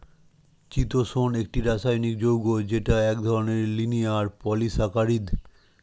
চিতোষণ একটি রাসায়নিক যৌগ যেটা এক ধরনের লিনিয়ার পলিসাকারীদ